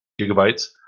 gigabytes